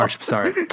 Sorry